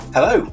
Hello